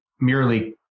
merely